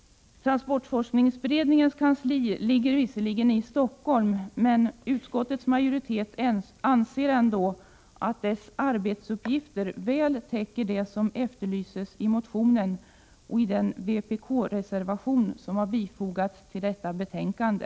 Transportforskningsberedningens kansli ligger visserligen i Stockholm, men utskottets majoritet anser ändå att dess arbetsuppgifter väl täcker vad som efterlyses i motionen och i den vpk-reservation som bifogats detta betänkande.